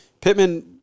Pittman